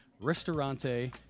Ristorante